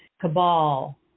cabal